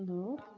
hello